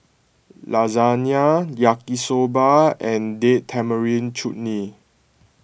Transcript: Lasagne Yaki Soba and Date Tamarind Chutney